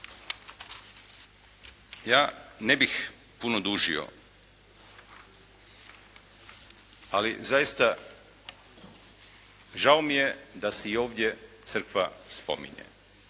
Ja ne bih puno dužio, ali zaista žao mi je da se i ovdje Crkva spominje.